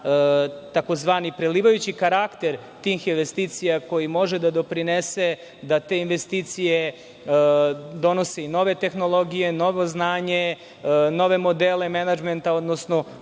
da tzv. prelivajući karakter tih investicija koji može da doprinese da te investicije donose i nove tehnologije, novo znanje, nove modele menadžmenta, odnosno